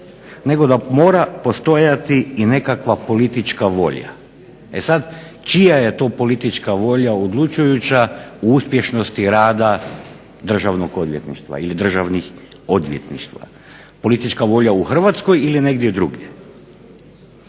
nego mora postojati i nekakva politička volja. E sada čija je to politička volja odlučujuća u uspješnosti rada državnog odvjetništva. Politička volja u Hrvatskoj ili negdje drugdje?